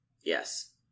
Yes